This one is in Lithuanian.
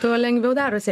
tuo lengviau darosi